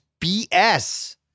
BS